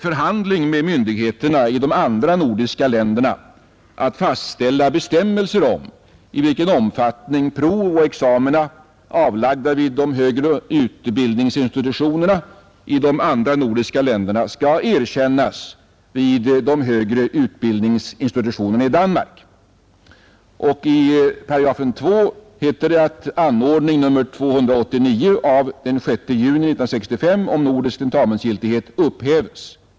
= förhandling med myndigheterna i de andra nordiska länderna fastställa Ang. tillämpningen bestämmelser om i vilken omfattning prov och examina, avlagda vid de av överenskommelhögre utbildningsinstitutionerna i de andra nordiska länderna, skall sen om nordisk erkännas vid de högre utbildningsinstitutionerna i Danmark.” I paragraf 2 tentamensgiltighet heter det: ”Anordning nr 289 av den 6 juni 1965 om nordisk vid universitet och tentamensgiltighet upphävs.